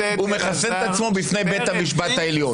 הוא מחסן את עצמו בפני בית המשפט העליון.